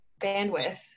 bandwidth